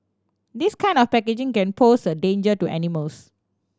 this kind of packaging can pose a danger to animals